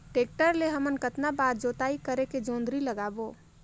Tractor ले हमन कतना बार जोताई करेके जोंदरी लगाबो?